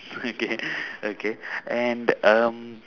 okay okay and um